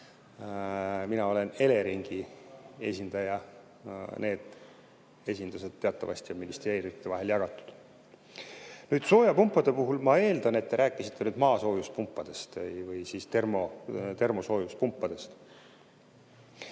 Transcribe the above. Mina olen Eleringi esindaja. Need esindused teatavasti on ministeeriumide vahel jagatud. Soojapumpade puhul ma eeldan, et te rääkisite maasoojuspumpadest või termosoojuspumpadest.